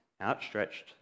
outstretched